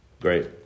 Great